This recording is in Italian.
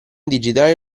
digitale